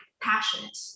passionate